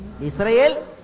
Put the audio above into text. Israel